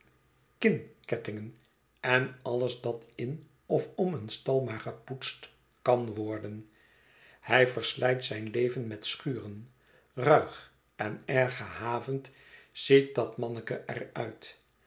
kinkettingen en alles dat in of om een stal maar gepoetst kan worden hij verslijt zijn leven met schuren ruig en erg gehavend ziet dat manneke er